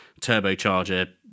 turbocharger